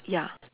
ya